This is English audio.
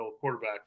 quarterback